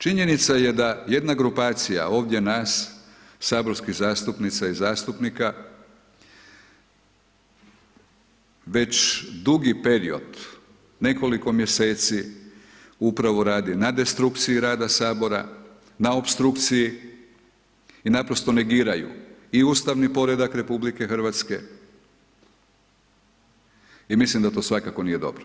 Činjenica je da jedna grupacija ovdje nas, saborskih zastupnica i zastupnika već dugi period, nekoliko mjeseci, upravo radi na destrukciji rada HS, na opstrukciji i naprosto negiraju i ustavni poredak RH i mislim da to svakako nije dobro.